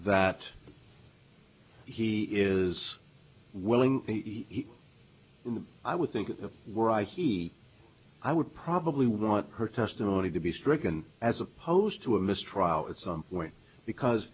that he is willing he i would think of where i he i would probably want her testimony to be stricken as opposed to a mistrial at some point because